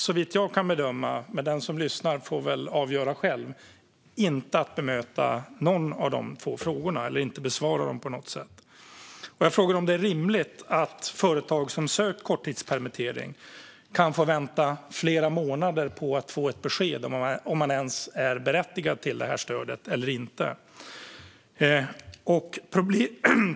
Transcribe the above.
Såvitt jag kan bedöma - den som lyssnar får väl avgöra själv - valde han att inte bemöta eller besvara någon av dessa två frågor. Jag frågade om det är rimligt att företag som sökt korttidspermittering kan få vänta flera månader på att få ett besked om huruvida de ens är berättigade till det här stödet eller inte.